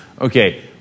Okay